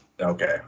Okay